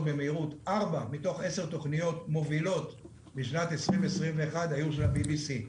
במהירות מובילות בשנת 2021 היו של ה-BBC.